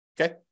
Okay